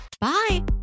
bye